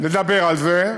לדבר על זה.